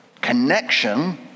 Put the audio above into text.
connection